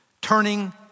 turning